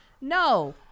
No